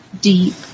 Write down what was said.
deep